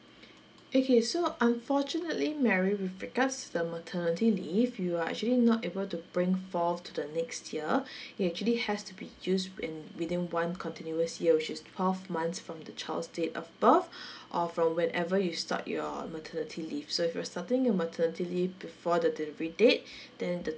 okay so unfortunately mary with regards to the maternity leave you are actually not able to bring forth to the next year it actually has to be used in within one continuous year which is twelve months from the child date of birth or from whenever you start your maternity leave so if you're starting your maternity leave before the delivery date then the